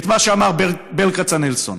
את מה שאמר ברל כצנלסון: